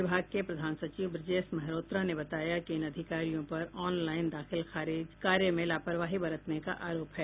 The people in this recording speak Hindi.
विभाग के प्रधान सचिव ब्रजेश मल्होत्रा ने बताया कि इन अधिकारियों पर ऑनलाईन दाखिल खारिज कार्य में लापरवाही बरतने का आरोप है